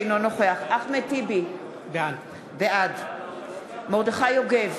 אינו נוכח אחמד טיבי, בעד מרדכי יוגב,